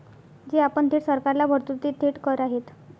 जे आपण थेट सरकारला भरतो ते थेट कर आहेत